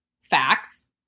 facts